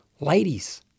Ladies